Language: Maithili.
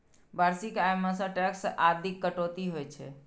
वार्षिक आय मे सं टैक्स आदिक कटौती होइ छै